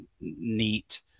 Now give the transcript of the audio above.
neat